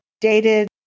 dated